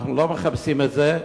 אנחנו לא מחפשים את זה,